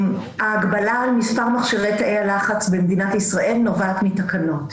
ההגבלה על מספר מכשירי תאי הלחץ במדינת ישראל נובעת מתקנות,